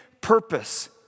purpose